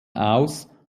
aus